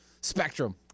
spectrum